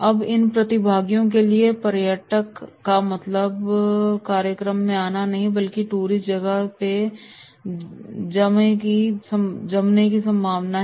अब इन प्रतिभागियों के लिए पर्यटक का मतलब कार्यक्रम में आना नहीं बल्कि टूरिस्ट जगह पे जमे की संभावना है